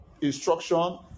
instruction